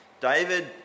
David